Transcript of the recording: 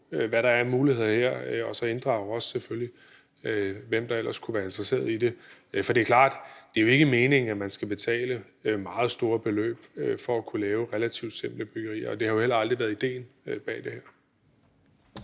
hvad der er af muligheder her og så selvfølgelig også inddrage, hvem der ellers kunne være interesseret i det. For det er klart, at det jo ikke er meningen, at man skal betale meget store beløb for at kunne lave relativt simple byggerier, og det har jo heller ikke aldrig været idéen med det her.